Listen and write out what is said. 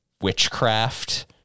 witchcraft